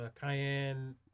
cayenne